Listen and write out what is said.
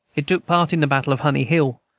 it took part in the battle of honey hill,